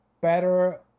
better